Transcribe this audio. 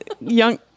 young